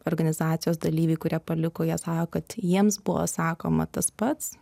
organizacijos dalyviai kurie paliko ją sako kad jiems buvo sakoma tas pats